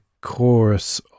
chorus